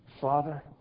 Father